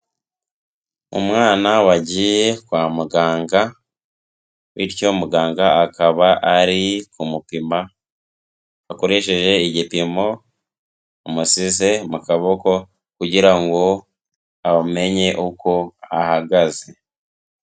Umwana wagiye kwa muganga, bityo muganga akaba ari kumupima akoresheje igipimo yamusize mu kaboko kugira ngo amenye uko ahagaze.